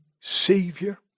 Savior